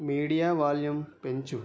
media volume పెంచు